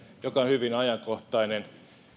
joka on hyvin ajankohtainen